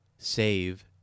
save